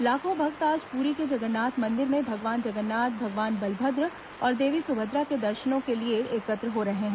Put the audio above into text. लाखों भक्त आज पुरी के जगन्नाथ मन्दिर में भगवान जगन्नाथ भगवान बलभद्र और देवी सुभद्रा के दर्शनों के लिए एकत्र हो रहे हैं